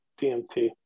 DMT